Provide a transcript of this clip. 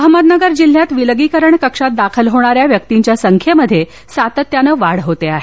अहमदनगर जिल्ह्यात विलगीकरण कक्षात दाखल होणाऱ्या व्यक्तींच्या संख्येमध्ये सातत्यानं वाढ होत आहे